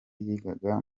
yigaga